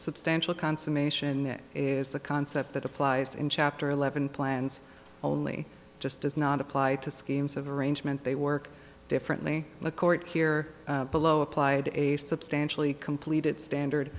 substantial consummation it is a concept that applies in chapter eleven plans only just does not apply to schemes of arrangement they work differently in the court here below applied a substantially completed standard